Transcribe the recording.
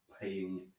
paying